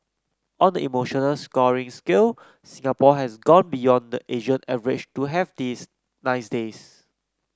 on the emotional scoring scale Singapore has gone beyond the Asian average to have these nice days